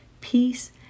peace